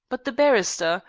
but the barrister,